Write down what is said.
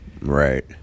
Right